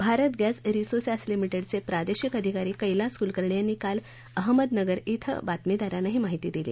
Bharat gas resources लिमिटेडचे प्रादेशिक अधिकारी कैलास कुलकर्णी यांनी काल अहमदनगर धिं बातमीदारांना ही माहिती दिली